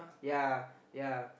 yeah yeah